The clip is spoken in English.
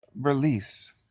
Release